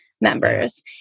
members